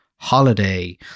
holiday